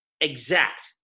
exact